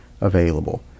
available